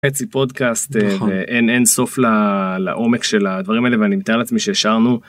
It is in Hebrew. איזה פודקאסט אין אין סוף לעומק של הדברים האלה ואני מתאר לעצמי שהשארנו.